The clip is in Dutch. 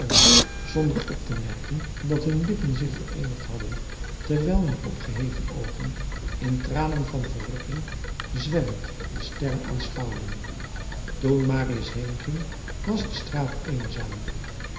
zonder op te merken dat hun lippen zich vereenigd hadden terwijl hun opgeheven oogen in tranen van verrukking zwemmend de sterren aanschouwden toen marius heenging was de straat eenzaam